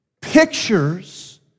pictures